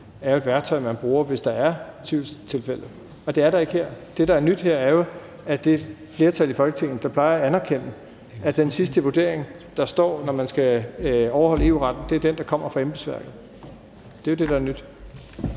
er jo et værktøj, man bruger, hvis der er tvivlstilfælde, og det er der ikke her. Det, der er nyt her, er jo i forhold til det flertal i Folketinget, der plejer at anerkende, at den sidste vurdering, der står, når man skal overholde EU-retten, er den, der kommer fra embedsværket. Det er det, der er nyt.